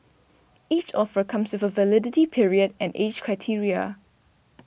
each offer comes with a validity period and age criteria